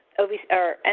ov or,